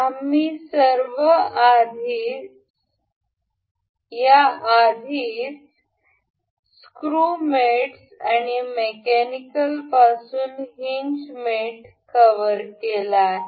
आम्ही सर्व आधीच या स्क्रू मेटस आणि मेकॅनिकलपासून हीनज मेट कव्हर केला आहे